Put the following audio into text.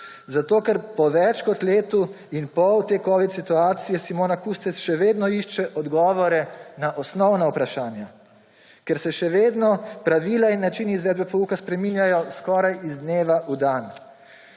Zato ker po več kot letu in pol te covid situacije Simona Kustec še vedno išče odgovore na osnovna vprašanja. Ker se še vedno pravila in način izvedbe pouka spreminjajo skoraj iz dneva v dan.